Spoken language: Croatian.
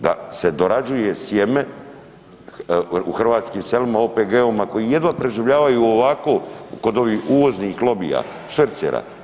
Da se dorađuje sjeme u hrvatskim selima, OPG-ovima koji jedva preživljavaju i ovako kod ovih uvoznih lobija, švercera.